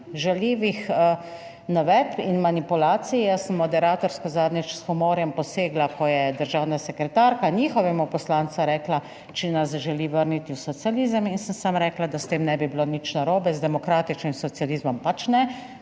žaljivih navedb in manipulacij. Jaz sem moderatorsko zadnjič s humorjem posegla, ko je državna sekretarka njihovemu poslancu rekla, če nas želi vrniti v socializem in sem samo rekla, da s tem ne bi bilo nič narobe, z demokratičnim socializmom ne,